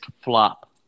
flop